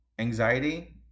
anxiety